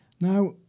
Now